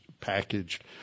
packaged